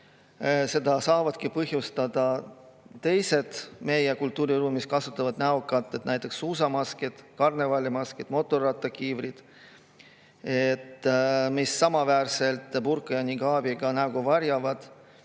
samas saavad põhjustada ka teised meie kultuuriruumis kasutatavad näokatted, näiteks suusamaskid, karnevalimaskid ja mootorrattakiivrid, mis samaväärselt burka ja nikaabiga nägu varjavad.